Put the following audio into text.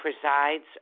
presides